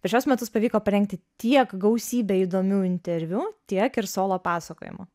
per šiuos metus pavyko parengti tiek gausybę įdomių interviu tiek ir solo pasakojimų